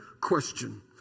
question